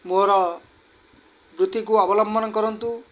ମୋର ବୃତ୍ତିକୁ ଅବଲମ୍ବନ କରନ୍ତୁ